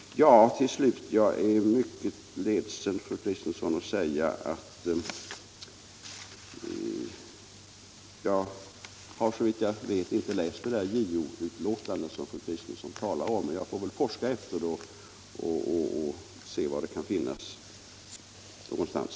Till slut: Jag är mycket ledsen, fru Kristensson, över att behöva säga att jag inte har läst det JO-utlåtandet som fru Kristensson talar om. Jag får väl forska efter det och se var det kan finnas någonstans.